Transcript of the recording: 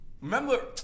Remember